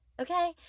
okay